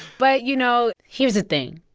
but, you know, here's the thing.